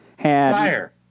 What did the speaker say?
Fire